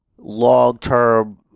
long-term